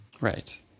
Right